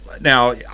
now –